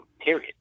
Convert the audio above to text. period